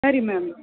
ಸರಿ ಮ್ಯಾಮ್